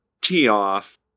tee-off